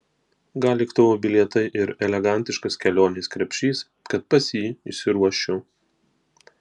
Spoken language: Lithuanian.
gal lėktuvo bilietai ir elegantiškas kelionės krepšys kad pas jį išsiruoščiau